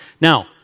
Now